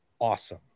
awesome